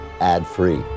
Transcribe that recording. ad-free